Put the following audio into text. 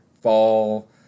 Fall